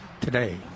today